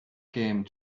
came